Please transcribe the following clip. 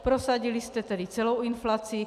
Prosadili jste tedy celou inflaci.